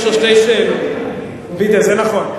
ממש רואה את ההתלהבות בעיניים, זה נכון.